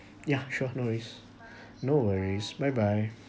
ya sure no worries no worries bye bye